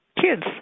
kids